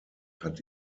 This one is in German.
hat